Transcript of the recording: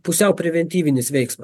pusiau preventyvinis veiksmas